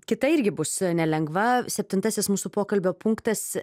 kita irgi bus nelengva septintasis mūsų pokalbio punktas